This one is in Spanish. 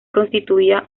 constituía